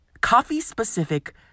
coffee-specific